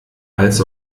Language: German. als